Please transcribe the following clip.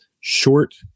short